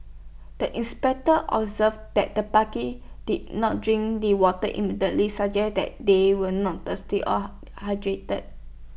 the inspectors observed that the did not drink the water immediately suggesting that they were not thirsty or hydrated